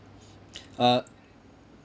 uh